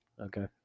Okay